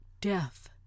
death